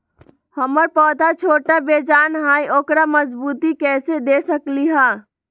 हमर पौधा छोटा बेजान हई उकरा मजबूती कैसे दे सकली ह?